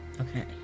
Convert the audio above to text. Okay